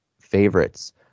favorites